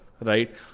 right